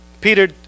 Peter